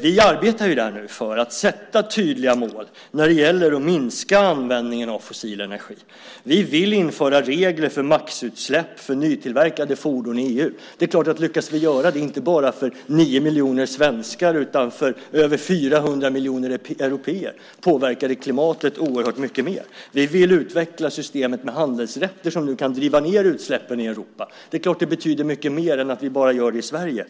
Vi arbetar nu där för att sätta tydliga mål när det gäller att minska användningen av fossil energi. Vi vill införa regler för maximala utsläpp för nytillverkade fordon i EU. Det är klart att om vi lyckas göra det inte bara för nio miljoner svenskar utan för över 400 miljoner européer så påverkar det klimatet oerhört mycket mer. Vi vill utveckla systemet med handelsrätter som kan minska utsläppen i Europa. Det är klart att det betyder mycket mer än att vi bara gör det i Sverige.